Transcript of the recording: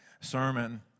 sermon